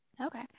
Okay